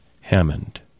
Hammond